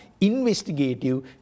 Investigative